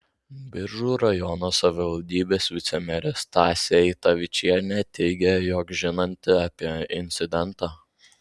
biržų rajono savivaldybės vicemerė stasė eitavičienė teigė jog žinanti apie incidentą